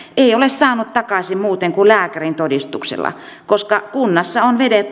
ei ole saanut takaisin muuten kuin lääkärintodistuksella koska kunnassa on